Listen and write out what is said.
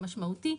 ומשמעותי,